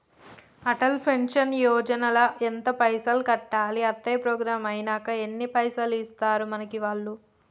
Atal pension Yojana ల ఎంత పైసల్ కట్టాలి? అత్తే ప్రోగ్రాం ఐనాక ఎన్ని పైసల్ ఇస్తరు మనకి వాళ్లు?